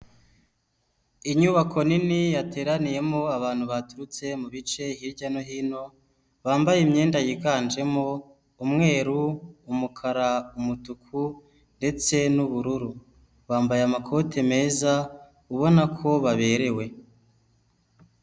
Inyubako nini yateraniyemo abantu baturutse mu bice hirya no hino, bambaye imyenda yiganjemo umweru, umukara, umutuku, ndetse n'ubururu. Bambaye amakote meza, ubona ko baberewe.